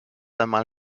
einmal